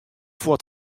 fuort